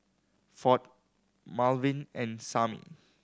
Ford Malvin and Samie